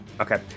Okay